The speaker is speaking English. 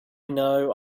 know